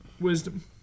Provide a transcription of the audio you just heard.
Wisdom